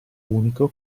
unico